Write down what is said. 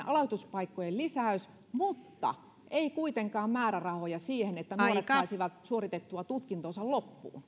aloituspaikkojen lisäys mutta ei kuitenkaan määrärahoja siihen että nuoret saisivat suoritettua tutkintonsa loppuun